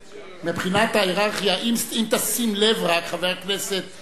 מבחינת ההייררכיה, אם רק תשים לב, חבר הכנסת טיבי,